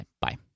Bye